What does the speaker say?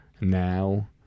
now